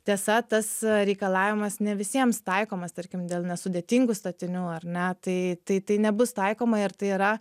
tiesa tas reikalavimas ne visiems taikomas tarkim dėl nesudėtingų statinių ar ne tai tai tai nebus taikoma ir tai yra